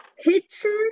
picture